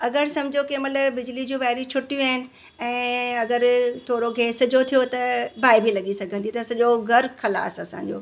अगरि सम्झो कंहिं महिल बिजली जो वाइरियूं छुटियूं आहिनि ऐं अगरि थोरो गैस जो थियो त बाहि बि लॻी सघंदी त सॼो घरु ख़लासि असांजो